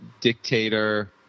dictator